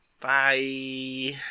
Bye